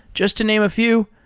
just to name a few,